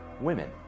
Women